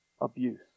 abuse